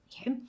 Okay